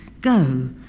Go